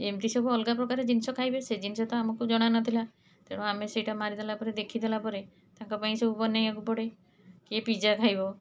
ଏମିତି ସବୁ ଅଲଗାପ୍ରକାର ଜିନିଷ ଖାଇବେ ସେ ଜିନିଷ ତ ଆମକୁ ଜଣାନଥିଲା ତେଣୁ ଆମେ ସେଇଟା ମାରିଦେଲାପରେ ଦେଖି ଦେଲାପରେ ତାଙ୍କପାଇଁ ସବୁ ବନେଇବାକୁ ପଡ଼େ କିଏ ପିଜ୍ଜା ଖାଇବ